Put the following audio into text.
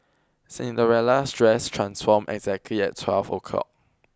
Cinderella's dress transformed exactly at twelve O' clock